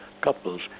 couples